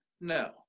No